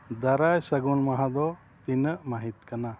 ᱫᱟᱨᱟᱭ ᱥᱟᱹᱜᱩᱱ ᱢᱟᱦᱟ ᱫᱚ ᱛᱤᱱᱟᱹᱜ ᱢᱟᱹᱦᱤᱛ ᱠᱟᱱᱟ